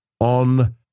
On